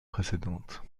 précédentes